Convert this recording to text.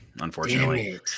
unfortunately